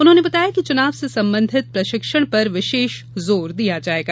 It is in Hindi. उन्होंने बताया कि चुनाव से संबंधित प्रशिक्षण पर विशेष जोर दिया जायेगा